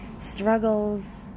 struggles